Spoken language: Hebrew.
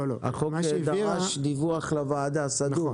הוועדה אמורה לקבל דיווח סדור.